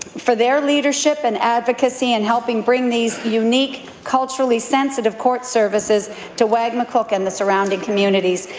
for their leadership and advocacy in helping bring these unique, culturally-sensitive court services to wagmatcook and the surrounding communities.